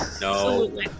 No